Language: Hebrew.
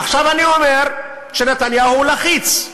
עכשיו, אני אומר שנתניהו לחיץ,